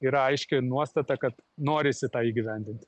yra aiški nuostata kad norisi tą įgyvendint